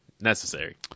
necessary